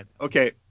Okay